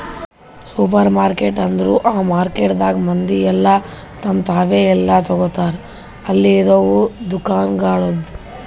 supermarket ಅಂದುರ್ ಈ ಮಾರ್ಕೆಟದಾಗ್ ಮಂದಿ ಎಲ್ಲಾ ತಮ್ ತಾವೇ ಎಲ್ಲಾ ತೋಗತಾರ್ ಅಲ್ಲಿ ಇರವು ದುಕಾನಗೊಳ್ದಾಂದು